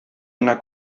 una